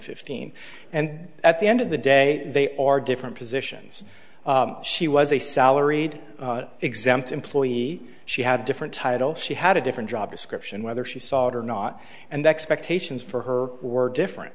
fifteen and at the end of the day they are different positions she was a salaried exempt employee she had a different title she had a different job description whether she saw it or not and the expectations for her were different